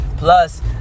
Plus